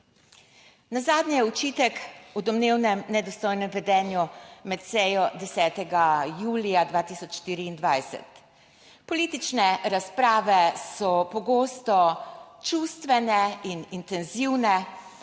Nazadnje očitek o domnevnem nedostojnem vedenju med sejo 10. julija 2024. Politične razprave so pogosto čustvene in intenzivne.